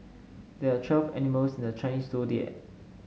there are twelve animals in the Chinese Zodiac